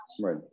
Right